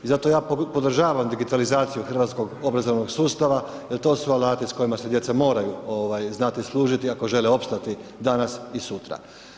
I zato ja podržavam digitalizaciju hrvatskog obrazovnog sustava jer to su alati s kojima se djeca moraju znati služiti ako žele opstati danas i sutra.